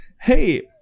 hey